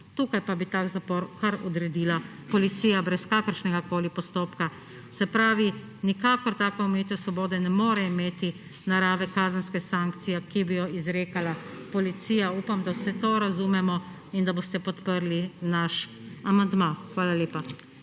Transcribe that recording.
Tukaj pa bi ta zapor kar odredila policija brez kakršnegakoli postopka. Se pravi, da nikakor taka omejitev svobode ne more imeti narave kazenske sankcije, ki bi jo izrekala policija. Upam, da vse to razumemo in da boste podprli naš amandma. Hvala lepa.